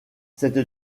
cette